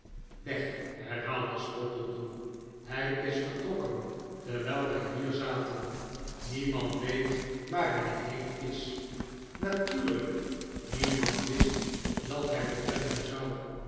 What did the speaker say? weg herhaalde spottletoe hij is verr trokken terwijl wij hier zaten niemand weet waar hij heen is natuurlijk niemand wist dat hij vertrekken zou